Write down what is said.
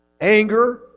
anger